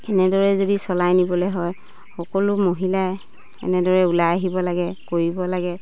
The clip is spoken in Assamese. এনেদৰে যদি চলাই নিবলে হয় সকলো মহিলাই এনেদৰে ওলাই আহিব লাগে কৰিব লাগে